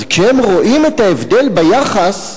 אז כשהם רואים את ההבדל ביחס,